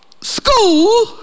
school